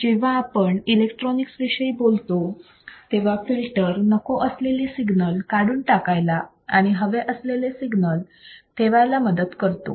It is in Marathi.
जेव्हा आपण इलेक्ट्रॉनिक्स विषयी बोलतो तेव्हा फिल्टर नको असलेले सिग्नल काढून टाकायला आणि हवे असलेले सिग्नल ठेवायला मदत करतो